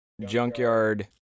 junkyard